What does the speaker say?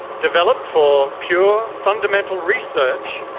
developed for pure fundamental research,